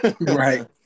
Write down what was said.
right